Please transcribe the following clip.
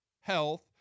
health